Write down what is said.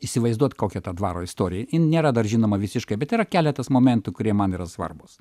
įsivaizduot kokia ta dvaro istorija in nėra dar žinoma visiškai bet yra keletas momentų kurie man yra svarbūs